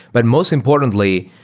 but most importantly,